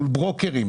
מול ברוקרים.